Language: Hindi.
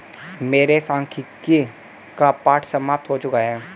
मेरे सांख्यिकी का पाठ समाप्त हो चुका है